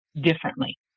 differently